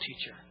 teacher